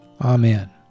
Amen